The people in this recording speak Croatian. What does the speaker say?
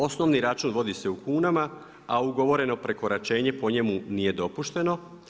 Osnovni račun vodi se u kunama, a ugovoreno prekoračenje po njemu nije dopušteno.